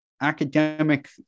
academic